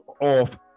off